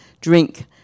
drink